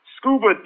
scuba